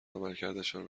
عملکردشان